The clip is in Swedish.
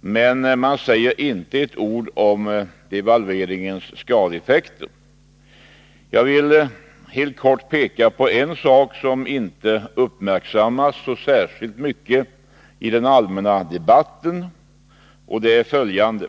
Men regeringen säger inte ett ord om devalveringens skadeeffekter. Jag vill helt kort peka på en sak, som kanske inte har uppmärksammats så mycket i den allmänna debatten, nämligen följande.